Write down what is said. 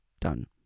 done